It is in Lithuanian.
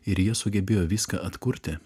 ir jie sugebėjo viską atkurti